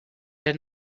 had